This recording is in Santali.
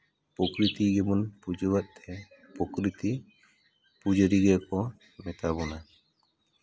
ᱯᱨᱚᱠᱨᱤᱛᱤ ᱜᱮᱵᱚᱱ ᱯᱩᱡᱟᱹᱣᱟᱜ ᱛᱮ ᱯᱚᱠᱨᱤᱛᱤ ᱯᱩᱡᱟᱹᱨᱤ ᱜᱮᱠᱚ ᱢᱮᱛᱟ ᱵᱚᱱᱟ